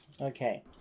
Okay